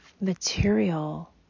material